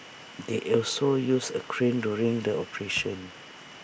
they also used A crane during the operation